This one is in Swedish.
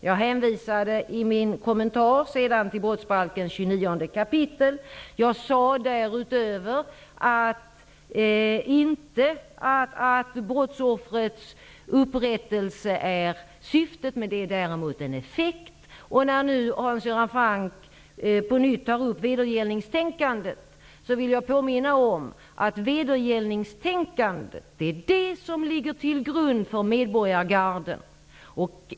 Jag hänvisade i min kommentar till 29 kap. brottsbalken. Jag sade dessutom inte att brottsoffrets upprättelse är syftet, men att det däremot är en effekt. När nu Hans Göran Franck på nytt tar upp vedergällningstänkandet vill jag påminna om att det är vedergällningstänkandet som ligger till grund för medborgargarden.